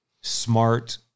smart